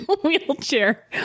Wheelchair